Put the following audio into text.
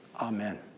Amen